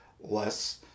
less